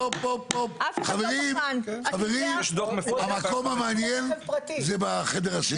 חברים, המקום המעניין זה בחדר השני.